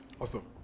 Awesome